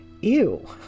ew